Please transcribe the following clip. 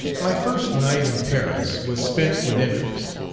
my first night in paris was spent with interest.